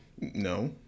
No